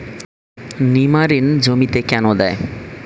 নিমারিন জমিতে কেন দেয়?